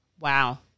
Wow